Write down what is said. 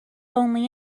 only